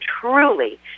truly